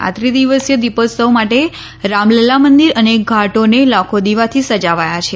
આ ત્રિદિવસીય દીપોત્સવ માટે રામલલ્લા મંદિર અને ઘાટોને લાખો દિવાથી સજાવાયા છે